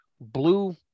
blue